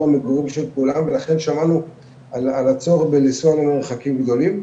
מגורים של כולם ולכן שמענו על הצורך בלנסוע למרחקים גדולים,